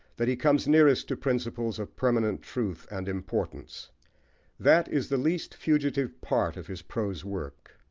that he comes nearest to principles of permanent truth and importance that is the least fugitive part of his prose work.